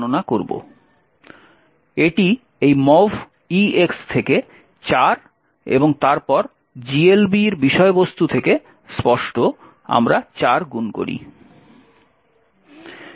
গণনা করব এটি এই mov EX থেকে 4 এবং তারপর GLB এর বিষয়বস্তু থেকে স্পষ্ট আমরা 4 গুণ করি